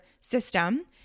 system